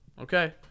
Okay